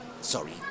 sorry